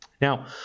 Now